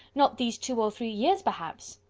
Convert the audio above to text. not these two or three years, perhaps.